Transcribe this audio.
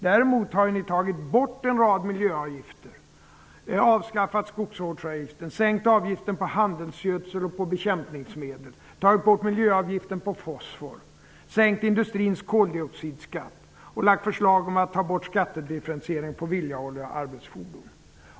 Däremot har ni tagit bort en rad miljöavgifter, avskaffat skogsvårdsavgiften, sänkt avgiften på handelsgödsel och på bekämpningsmedel, tagit bort miljöavgiften på fosfor, sänkt industrins koldioxidskatt och lagt fram förslag om att ta bort skattedifferentieringen på villaolja och arbetsfordon.